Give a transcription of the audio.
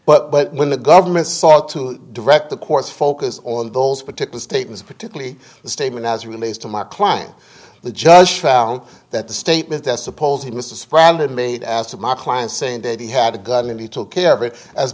with but when the government sought to direct the course focus on those particular statements particularly the statement as relates to my client the judge found that the statement that suppose he mr spragg had made as to my client saying that he had a gun and he took care of it as